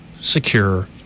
secure